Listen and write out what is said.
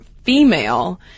female